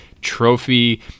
trophy